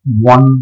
one